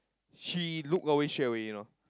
she look away straight away you know